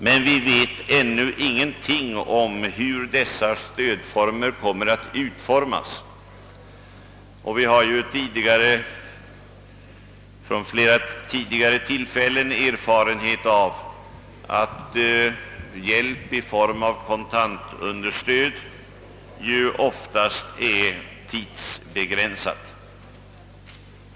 Men vi vet ännu ingenting om hur detta stöd kommer att utformas. Vi har från tidigare tillfällen erfarenhet av att hjälp i form av kontantunderstöd oftast är tidsbegränsad.